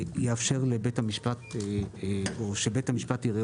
שיאפשר לבית המשפט או שבית המשפט יראה